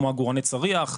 כמו עגורני צריח,